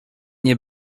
nie